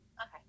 Okay